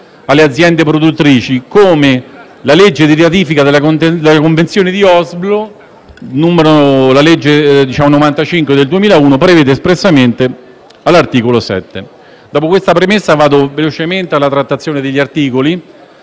alle aziende produttrici, come la legge di ratifica della Convenzione di Oslo (legge n. 95 del 2001) prevede espressamente all'articolo 7. Dopo questa premessa passo velocemente alla trattazione degli articoli.